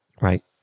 right